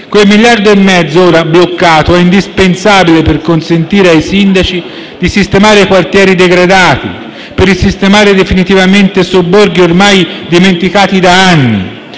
Quell'1,5 miliardi, ora bloccato, è indispensabile per consentire ai sindaci di sistemare i quartieri degradati, per risistemare definitivamente sobborghi ormai dimenticati da anni,